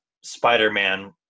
Spider-Man